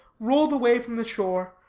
rolled away from the shore,